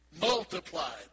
multiplied